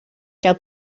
gael